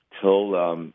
till